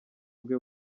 bwe